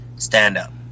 stand-up